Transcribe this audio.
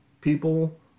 people